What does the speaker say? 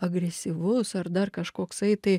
agresyvus ar dar kažkoksai tai